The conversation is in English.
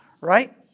right